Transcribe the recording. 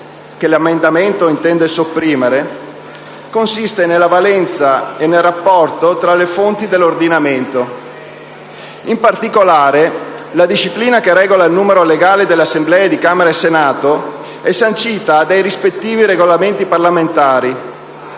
che l'emendamento intende sopprimere, riguarda la valenza e il rapporto tra le fonti dell'ordinamento. In particolare, la disciplina che regola il numero legale nelle Assemblee di Camera e Senato è sancita dai rispettivi Regolamenti parlamentari,